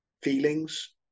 feelings